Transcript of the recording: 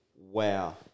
wow